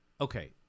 okay